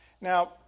Now